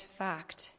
fact